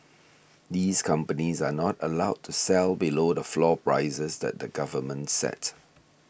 these companies are not allowed to sell below the floor prices that the government set